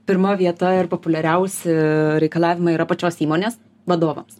pirma vieta ir populiariausi reikalavimai yra pačios įmonės vadovams